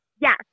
Yes